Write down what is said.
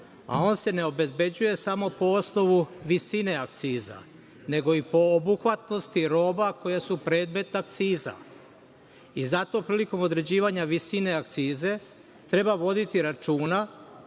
a on se ne obezbeđuje samo po osnovu visine akciza nego i po obuhvatnosti roba koje su predmet akciza. Zato prilikom određivanja visine akcize treba voditi računa